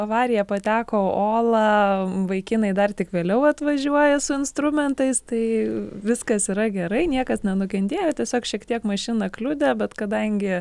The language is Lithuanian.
avariją pateko ola vaikinai dar tik vėliau atvažiuoja su instrumentais tai viskas yra gerai niekas nenukentėjo tiesiog šiek tiek mašina kliudė bet kadangi